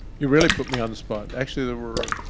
you really put me on the spot. actually, there were